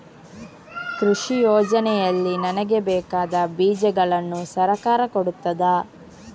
ಕೃಷಿ ಯೋಜನೆಯಲ್ಲಿ ನನಗೆ ಬೇಕಾದ ಬೀಜಗಳನ್ನು ಸರಕಾರ ಕೊಡುತ್ತದಾ?